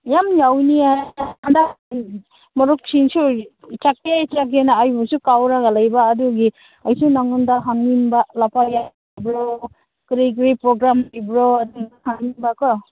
ꯌꯥꯝ ꯌꯥꯎꯅꯤꯡꯉꯦ ꯍꯟꯇꯛ ꯃꯔꯨꯞꯁꯤꯡꯁꯨ ꯆꯠꯀꯦ ꯆꯠꯀꯦꯅ ꯑꯩꯕꯨꯁꯨ ꯀꯧꯔꯒ ꯂꯩꯕ ꯑꯗꯨꯒꯤ ꯑꯩꯁꯨ ꯅꯪꯉꯣꯟꯗ ꯍꯪꯅꯤꯡꯕ ꯂꯥꯛꯄ ꯌꯥꯒꯦꯔꯣ ꯀꯔꯤ ꯀꯔꯤ ꯄ꯭ꯔꯣꯒ꯭ꯔꯥꯝ ꯂꯩꯕ꯭ꯔꯣ ꯑꯗꯨ ꯃꯇꯥꯡꯗꯀꯣ